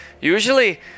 Usually